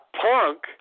punk